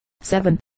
Seven